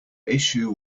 issue